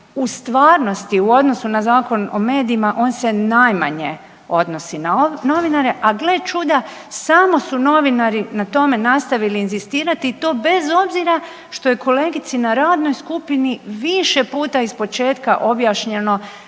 u stvarnosti u odnosu na Zakon o medijima on se najmanje odnosi na novinare, a gle čuda, samo su novinari na tome nastavili inzistirati i to bez obzira što je kolegici na radnoj skupini više puta **Radin,